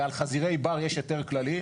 ועל חזירי בר יש היתר כללי,